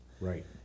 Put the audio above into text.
Right